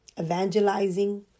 evangelizing